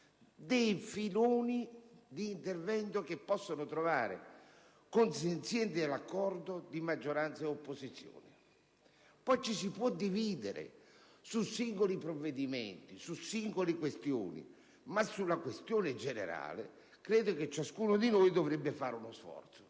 dei filoni d'intervento che possano trovare consenzienti e d'accordo maggioranza e opposizione. Poi ci si può dividere su singoli provvedimenti, su singoli aspetti, ma sulla questione generale credo che ciascuno di noi dovrebbe fare uno sforzo.